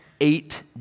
Eight